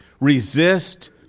resist